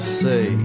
say